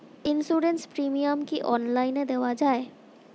Insurance premium কি online দেওয়া যায়?